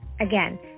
Again